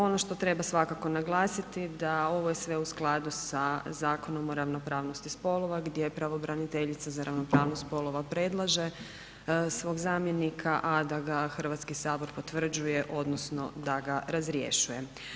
Ono što treba svakako naglasiti da ovo je sve u skladu sa Zakonom o ravnopravnosti spolova gdje pravobraniteljica za ravnopravnost spolova predlaže svog zamjenika, a da ga HS potvrđuje, odnosno da ga razrješuje.